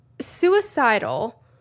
suicidal